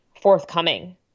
forthcoming